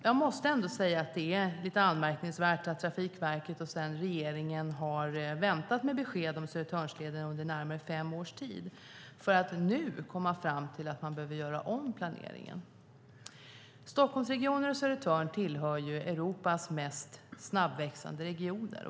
Jag måste säga att det är anmärkningsvärt att Trafikverket och sedan regeringen har väntat med besked om Södertörnsleden under närmare fem års tid för att nu komma fram till att planeringen behöver göras om. Stockholmsregionen och Södertörn tillhör Europas mest snabbväxande regioner.